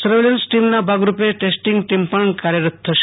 surveillance ટીમના ભાગરૂપે testing team પણ કાર્યરત થશે